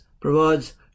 provides